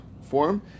form